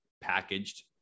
packaged